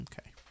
Okay